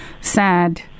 sad